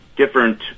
different